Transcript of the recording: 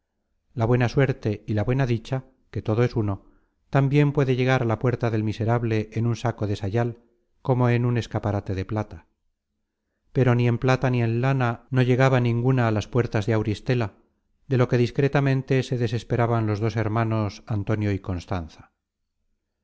la buena suerte y la buena dicha que todo es uno tan bien puede llegar a la puerta del miserable en un saco de sayal como en un escaparate de plata pero ni en plata ni en lana no llegaba ninguna á las puertas de auristela de lo que discretamente se desesperaban los dos hermanos antonio y constanza